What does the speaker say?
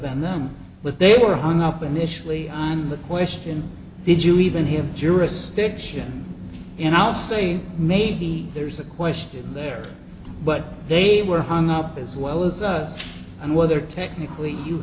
been them but they were hung up initially on the question did you even hear jurisdiction and i'll say maybe there's a question there but they were hung up as well as us and whether technically you